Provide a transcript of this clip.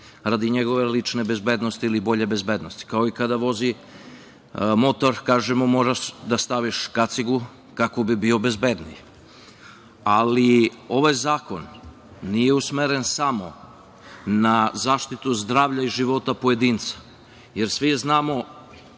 radi njegove lične bezbednosti ili bolje bezbednosti, kao i kada vozi motor kažemo moraš da staviš kacigu kako bi bio bezbedniji. Ovaj zakon nije usmeren samo na zaštitu zdravlja i života pojedinca, jer svi znamo